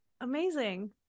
amazing